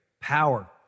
power